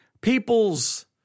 people's